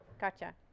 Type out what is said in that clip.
Gotcha